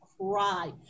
cry